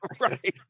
right